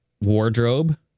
wardrobe